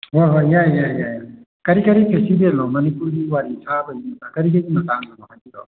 ꯍꯣꯏ ꯍꯣꯏ ꯌꯥꯏ ꯌꯥꯏ ꯌꯥꯏ ꯀꯔꯤ ꯀꯔꯤ ꯐꯦꯁꯇꯤꯚꯦꯜꯅꯣ ꯃꯅꯤꯄꯨꯔꯤꯒꯤ ꯋꯥꯔꯤ ꯁꯥꯕꯅꯤꯅ ꯀꯔꯤ ꯀꯔꯤ ꯃꯇꯥꯡꯒꯤꯅꯣ ꯍꯥꯏꯕꯤꯔꯛꯑꯣ